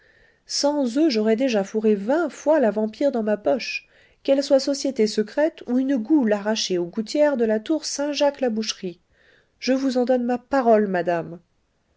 sans eux j'aurais déjà fourré vingt fois la vampire dans ma poche qu'elle soit société secrète ou une goule arrachée aux gouttières de la tour saint-jacques la boucherie je vous en donne ma parole madame